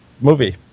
movie